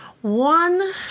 One